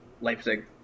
Leipzig